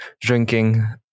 drinking